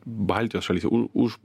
baltijos šalyse už